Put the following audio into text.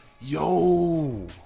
Yo